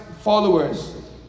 followers